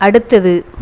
அடுத்தது